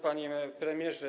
Panie Premierze!